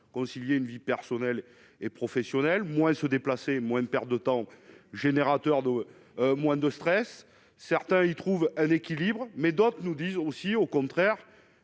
concilier une vie personnelle et professionnelle moins se déplacer moins de perte de temps, générateur d'au moins de stress, certains y trouvent un équilibre mais d'autres nous disent aussi au contraire